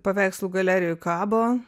paveikslų galerijoj kabo